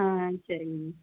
ஆ சரிங்க மேம்